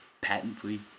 patently